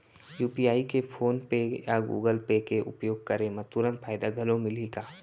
UPI के PhonePe या Google Pay के उपयोग करे म तुरंत फायदा घलो मिलही का?